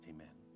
Amen